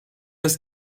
des